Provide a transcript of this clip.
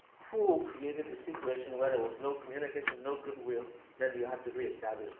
who created the situation where there was no communication, no good will that you have to re-establish